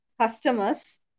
customers